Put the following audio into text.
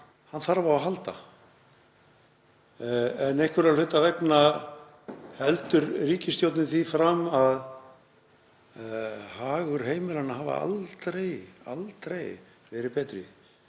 hann þarf á að halda. En einhverra hluta vegna heldur ríkisstjórnin því fram að hagur heimilanna hafi aldrei verið betri.